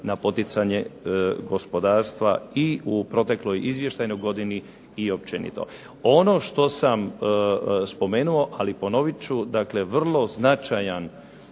na poticanje gospodarstva i u protekloj izvještajnoj godini i općenito. Ono što sam spomenuo, ali ponovit ću, dakle vrlo značajan